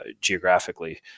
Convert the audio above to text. geographically